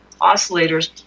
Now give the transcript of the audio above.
oscillators